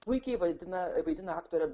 puikiai vaidina vaidina aktorė